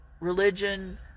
religion